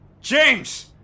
James